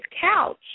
couch